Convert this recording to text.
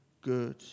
good